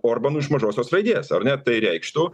orbanų už mažosios raidės ar ne tai reikštų